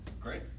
Great